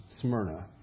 Smyrna